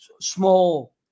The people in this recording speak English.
small